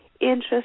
interest